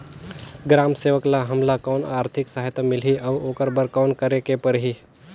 ग्राम सेवक ल हमला कौन आरथिक सहायता मिलही अउ ओकर बर कौन करे के परही?